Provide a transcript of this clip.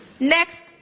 Next